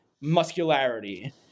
muscularity